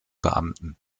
beamten